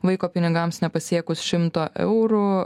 vaiko pinigams nepasiekus šimto eurų